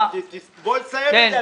בואו נסיים את זה,